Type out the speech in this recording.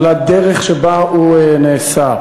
על הדרך שבה הוא נעשה,